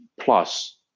plus